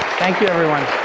thank you everyone.